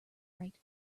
right